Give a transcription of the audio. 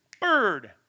bird